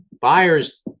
buyers